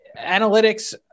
analytics